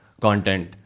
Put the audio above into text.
content